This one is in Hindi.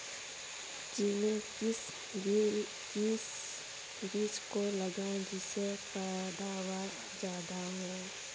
चने के किस बीज को लगाएँ जिससे पैदावार ज्यादा हो?